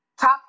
top